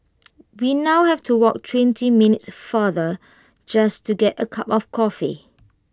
we now have to walk twenty minutes farther just to get A cup of coffee